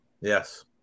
yes